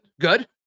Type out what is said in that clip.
Good